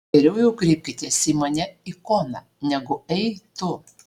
geriau jau kreipkitės į mane ikona negu ei tu